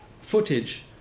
footage